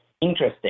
interesting